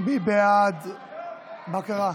מה קרה?